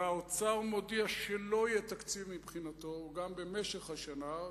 והאוצר מודיע שלא יהיה תקציב מבחינתו גם במשך השנה,